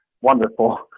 Wonderful